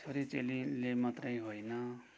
छोरीचेलीले मात्रै होइन